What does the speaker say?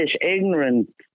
ignorant